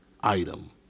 item